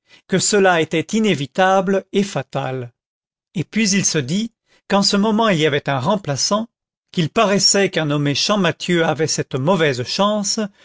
que cela était inévitable et fatal et puis il se dit qu'en ce moment il avait un remplaçant qu'il paraissait qu'un nommé champmathieu avait cette mauvaise chance